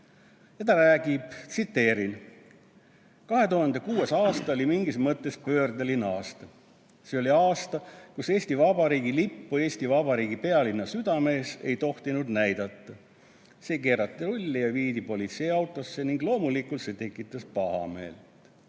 Ta rääkis, ma tsiteerin: 2006. aasta oli mingis mõttes pöördeline aasta. See oli aasta, kus Eesti Vabariigi lippu Eesti Vabariigi pealinna südames ei tohtinud näidata. See keerati rulli ja viidi politseiautosse ning loomulikult see tekitas pahameelt.